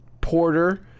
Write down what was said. Porter